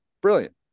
brilliant